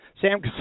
Sam